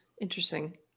Interesting